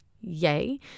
yay